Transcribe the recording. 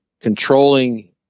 controlling